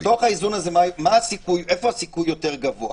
בתוך האיזון הזה, איפה הסיכוי יותר גבוה